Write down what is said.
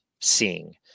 seeing